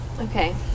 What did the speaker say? Okay